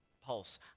pulse